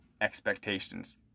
expectations